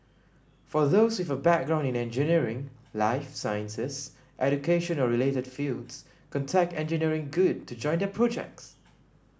for those with a background in engineering life sciences education or related fields contact Engineering Good to join their projects